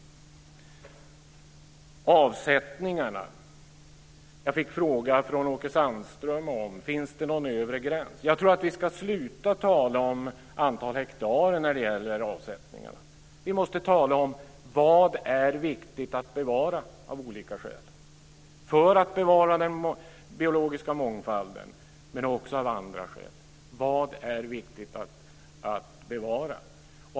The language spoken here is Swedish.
När det gäller avsättningarna fick jag från Åke Sandström frågan om det finns någon övre gräns för dessa. Jag tror att vi ska sluta tala om antal hektar när det gäller avsättningarna. Vi måste i stället tala om det som av olika skäl är viktigt att bevara. Det handlar om att bevara den biologiska mångfalden, men också om andra skäl. Vad är viktigt att bevara?